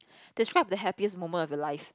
describe the happiest moment of your life